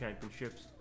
championships